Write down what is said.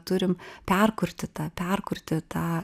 turim perkurti tą perkurti tą